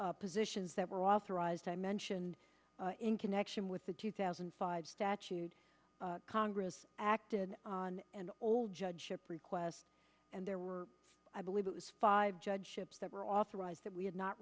positions that were authorized i mentioned in connection with the two thousand and five statute congress acted on an old judgeship request and there were i believe it was five judgeships that were authorized that we had not